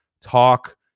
talk